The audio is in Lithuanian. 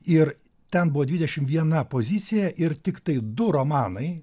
ir ten buvo dvidešim viena pozicija ir tiktai du romanai